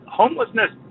homelessness